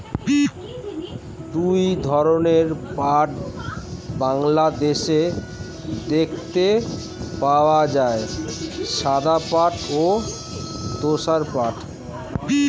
দুই ধরনের পাট বাংলাদেশে দেখতে পাওয়া যায়, সাদা পাট ও তোষা পাট